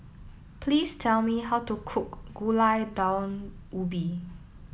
please tell me how to cook Gulai Daun Ubi